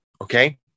Okay